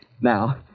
Now